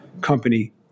company